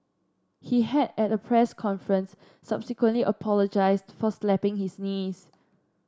he had at a press conference subsequently apologised for slapping his niece